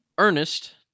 Ernest